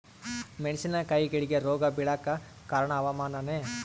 ಮೆಣಸಿನ ಕಾಯಿಗಳಿಗಿ ರೋಗ ಬಿಳಲಾಕ ಕಾರಣ ಹವಾಮಾನನೇ?